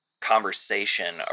conversation